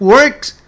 Works